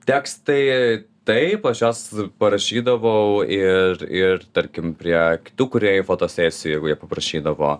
tekstai taip aš juos parašydavau ir ir tarkim prie tų kūrėjų fotosesijų jeigu jie paprašydavo